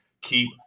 Keep